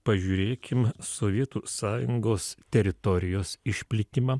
pažiūrėkim sovietų sąjungos teritorijos išplitimą